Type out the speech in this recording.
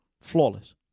Flawless